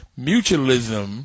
mutualism